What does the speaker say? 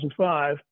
2005